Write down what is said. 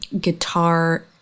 guitar